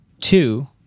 Two